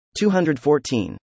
214